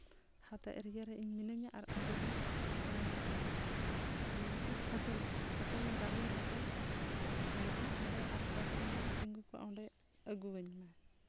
ᱦᱟᱛᱟᱣ ᱮᱨᱤᱭᱟ ᱤᱧ ᱢᱤᱱᱟᱹᱧᱟ ᱟᱨ ᱚᱸᱰᱮᱜᱮ ᱢᱚᱛᱞᱚᱵ ᱦᱳᱴᱮᱞ ᱨᱟᱦᱩᱞ ᱦᱳᱴᱮᱞ ᱢᱮᱱᱟᱜᱼᱟ ᱚᱸᱰᱮ ᱟᱥᱯᱟᱥ ᱨᱮ ᱦᱟᱸᱜ ᱛᱤᱸᱜᱩ ᱠᱚᱜᱼᱟ ᱚᱸᱰᱮ ᱟᱹᱜᱩᱣᱟᱹᱧᱢᱮ